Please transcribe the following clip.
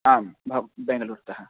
आं भ दैेनलुप्तः